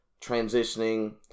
transitioning